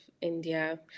India